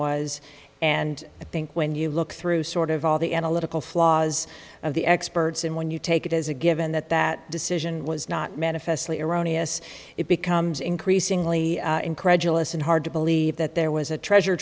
was and i think when you look through sort of all the analytical flaws of the experts and when you take it as a given that that decision was not manifestly irania it becomes increasingly incredulous and hard to believe that there was a treasure